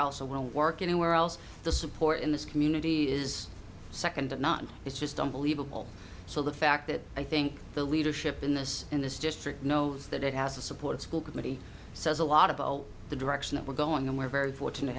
also we'll work anywhere else the support in this community is second to none it's just unbelievable so the fact that i think the leadership in this in this district know that it has the support school committee says a lot about the direction that we're going and we're very fortunate